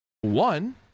One